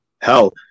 hell